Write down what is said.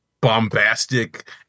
bombastic